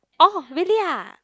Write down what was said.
orh really ah